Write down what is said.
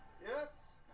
Yes